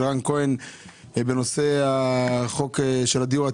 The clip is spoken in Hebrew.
של רן כהן בנושא החוק של הדיור הציבורי,